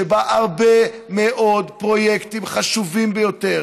יש בה הרבה מאוד פרויקטים חשובים ביותר